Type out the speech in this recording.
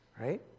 Right